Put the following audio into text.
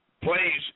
please